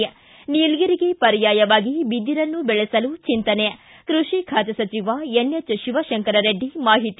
ಿ ನೀಲಗಿರಿಗೆ ಪರ್ಯಾಯವಾಗಿ ಬಿದಿರನ್ನು ಬೆಳೆಸಲು ಚಿಂತನೆ ಕೃಷಿ ಖಾತೆ ಸಚಿವ ಶಿವಶೆಂಕರರೆಡ್ಡಿ ಮಾಹಿತಿ